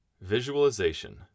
Visualization